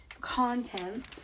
content